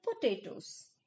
potatoes